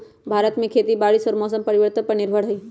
भारत में खेती बारिश और मौसम परिवर्तन पर निर्भर हई